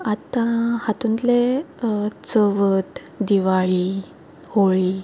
आतां हातूंतले चवथ दिवाळी होळी